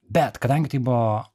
bet kadangi tai buvo